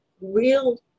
real